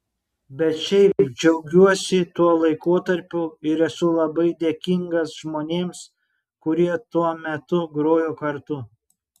bet šiaip džiaugiuosi tuo laikotarpiu ir esu labai dėkingas žmonėms kurie tuo metu grojo kartu